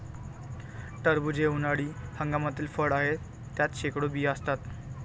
टरबूज हे उन्हाळी हंगामातील फळ आहे, त्यात शेकडो बिया असतात